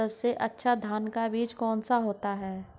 सबसे अच्छा धान का बीज कौन सा होता है?